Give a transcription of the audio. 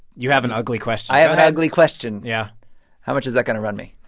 you have an ugly question? i have an ugly question yeah how much is that going to run me?